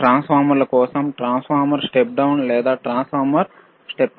ట్రాన్స్ఫార్మర్ల కోసం transformer step down లేదా ట్రాన్స్ఫార్మర్ స్టెప్ అప్